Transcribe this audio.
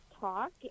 Talk